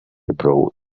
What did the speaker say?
abroad